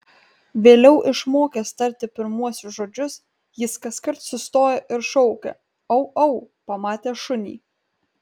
vėliau išmokęs tarti pirmuosius žodžius jis kaskart sustoja ir šaukia au au pamatęs šunį